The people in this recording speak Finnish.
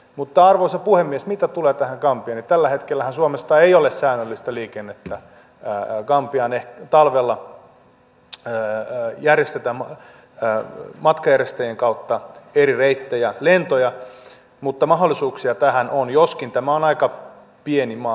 mutta arvoisa puhemies mitä tulee tähän gambiaan niin tällä hetkellähän suomesta ei ole säännöllistä liikennettä gambiaan ehkä talvella järjestetään matkanjärjestäjien kautta eri reittejä lentoja mutta mahdollisuuksia tähän on joskin tämä on aika pieni maa